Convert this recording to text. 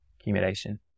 accumulation